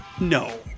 No